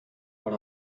but